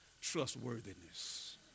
trustworthiness